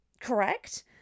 correct